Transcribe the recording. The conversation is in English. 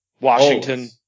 Washington